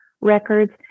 records